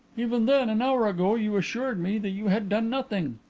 even then, an hour ago you assured me that you had done nothing.